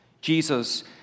Jesus